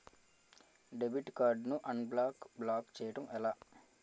Debit card ను unblock block చేయటం ఎలా?